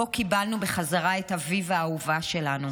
ובו קיבלנו בחזרה את אביבה האהובה שלנו.